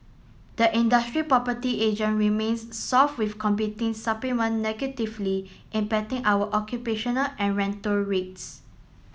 the industrial property agent remains soft with competing supplement negatively impacting our occupational and rental rates